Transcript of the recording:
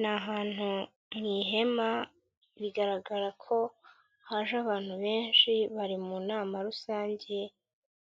Ni ahantu mu ihema, bigaragara ko haje abantu benshi bari mu nama rusange,